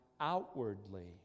outwardly